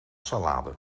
salade